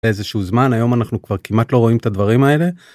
איזשהו זמן היום אנחנו כמעט לא רואים את הדברים האלה.